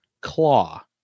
claw